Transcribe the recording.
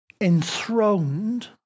enthroned